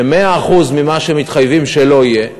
ש-100% מה שמתחייבים שלא יהיה,